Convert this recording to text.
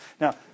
Now